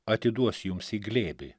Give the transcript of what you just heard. atiduos jums į glėbį